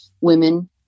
women